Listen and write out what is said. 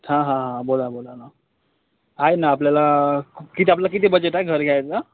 हं हं बोला बोला ना आहे ना आपल्याला किती आपलं किती बजेट आहे घर घ्यायचं